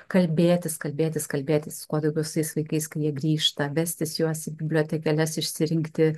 kalbėtis kalbėtis kalbėtis kuo daugiau su tais vaikais kai jie grįžta vestis juos į bibliotekėles išsirinkti